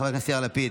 חבר הכנסת יאיר לפיד,